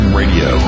radio